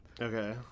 Okay